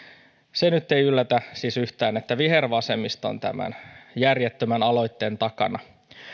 se nyt ei yllätä siis yhtään että vihervasemmisto on tämän järjettömän aloitteen takana